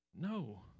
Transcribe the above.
No